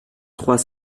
trois